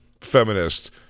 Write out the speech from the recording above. feminist